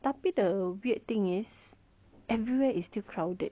tapi the weird thing is everywhere is still crowded